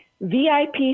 VIP